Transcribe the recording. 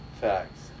facts